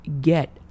get